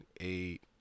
eight